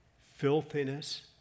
filthiness